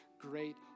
great